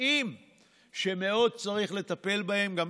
נושאים שצריך לטפל בהם מאוד.